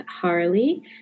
Harley